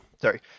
sorry